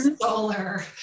solar